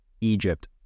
Egypt